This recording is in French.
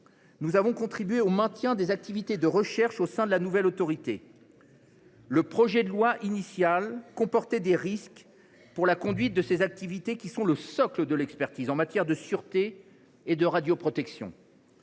nous avons contribué au maintien des activités de recherche au sein de la nouvelle autorité. Le projet de loi initial comportait des risques pour la conduite de ces activités, qui sont le socle de l’expertise en matière de sûreté et de radioprotection.